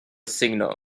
signal